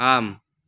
आम्